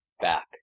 back